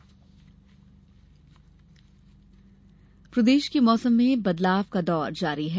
मौसम प्रदेश के मौसम में बदलाव का दौर जारी है